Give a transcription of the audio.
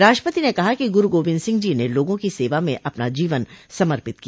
राष्ट्रपति ने कहा कि गुरु गोबिन्द सिंह जी ने लोगों की सेवा में अपना जीवन समर्पित किया